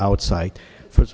outside for